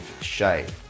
shave